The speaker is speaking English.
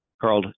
Carl